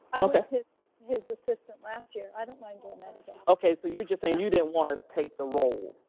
i was his his assistant last year. i don't mind doing that again. okay so you're just saying you didn't want to take the role.